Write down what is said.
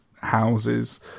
houses